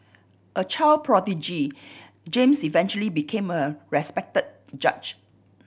a child prodigy James eventually became a respected judge